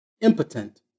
impotent